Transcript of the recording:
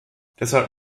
deshalb